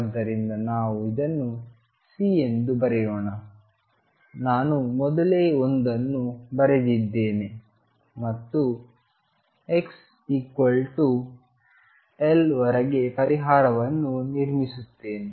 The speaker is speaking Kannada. ಆದ್ದರಿಂದ ನಾವು ಇದನ್ನು C ಎಂದು ಬರೆಯೋಣ ನಾನು ಮೊದಲೇ ಒಂದನ್ನು ಬರೆದಿದ್ದೇನೆ ಮತ್ತು x L ವರೆಗೆ ಪರಿಹಾರವನ್ನು ನಿರ್ಮಿಸುತ್ತೇನೆ